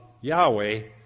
Yahweh